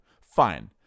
fine